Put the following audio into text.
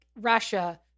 Russia